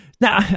Now